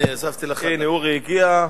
הנה, אורי הגיע.